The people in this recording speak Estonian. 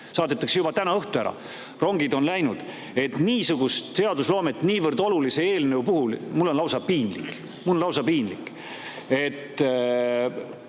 Saadetakse juba täna õhtul ära! Rongid on läinud. Niisugune seadusloome niivõrd olulise eelnõu puhul – mul on lausa piinlik. Mul on lausa piinlik!